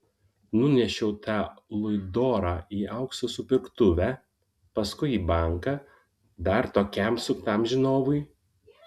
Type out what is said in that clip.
nunešiau tą luidorą į aukso supirktuvę paskui į banką dar tokiam suktam žinovui